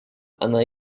она